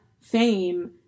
fame